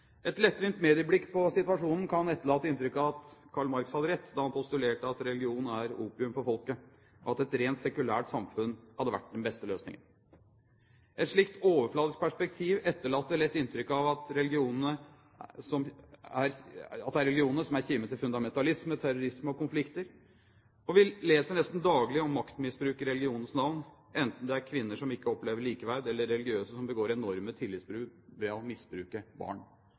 Et lettvint medieblikk på situasjonen kan etterlate inntrykk av at Karl Marx hadde rett da han postulerte at «religion er opium for folket», og at et rent sekulært samfunn hadde vært den beste løsningen. Et slikt overfladisk perspektiv etterlater lett inntrykk av at det er religionene som er kime til fundamentalisme, terrorisme og konflikter. Vi leser nesten daglig om maktmisbruk i religionens navn, enten det er kvinner som ikke opplever likeverd, eller religiøse som begår enorme tillitsbrudd ved å misbruke barn.